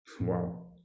Wow